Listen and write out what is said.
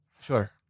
Sure